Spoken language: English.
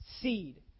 seed